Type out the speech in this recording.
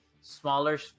smaller